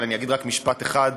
אבל אני אגיד רק משפט אחד.